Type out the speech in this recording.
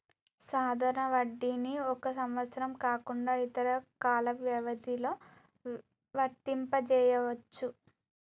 సాధారణ వడ్డీని ఒక సంవత్సరం కాకుండా ఇతర కాల వ్యవధిలో వర్తింపజెయ్యొచ్చు